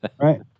Right